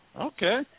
Okay